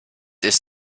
ist